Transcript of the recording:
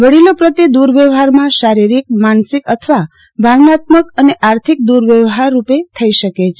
વડીલો પ્રત્યે દુર્વ્યવહારમાં શારિરિક માનસિક અથવા ભાવનાત્મક અને આર્થિક દુવ્યવહાર રૂપે થઈ શકે છે